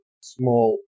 small